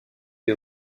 est